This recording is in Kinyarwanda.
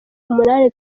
umunani